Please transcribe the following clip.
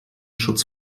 schutz